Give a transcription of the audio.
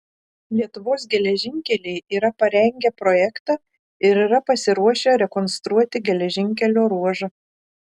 lietuvos geležinkeliai yra parengę projektą ir yra pasiruošę rekonstruoti geležinkelio ruožą